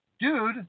dude